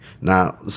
now